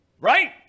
Right